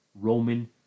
Roman